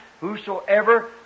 ...whosoever